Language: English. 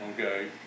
Okay